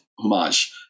homage